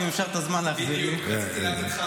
אם אפשר להחזיר לי את הזמן.